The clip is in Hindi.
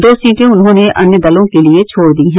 दो सीटें उन्होंने अन्य दलों के लिए छोड़ दी हैं